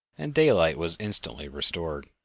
and daylight was instantly restored.